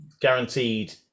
guaranteed